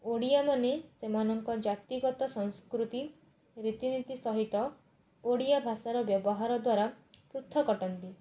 ଓଡ଼ିଆମାନେ ସେମାନଙ୍କ ଜାତିଗତ ସଂସ୍କୃତି ରୀତିନୀତି ସହିତ ଓଡ଼ିଆ ଭାଷାର ବ୍ୟବହାର ଦ୍ୱାରା ପୃଥକ୍ ଅଟନ୍ତି